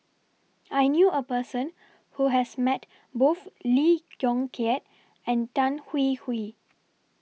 I knew A Person Who has Met Both Lee Yong Kiat and Tan Hwee Hwee